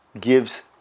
gives